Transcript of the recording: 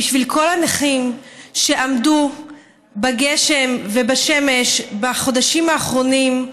בשביל כל הנכים שעמדו בגשם ובשמש בחודשים האחרונים,